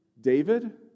David